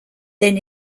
then